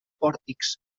pòrtics